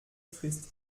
frisst